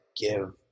give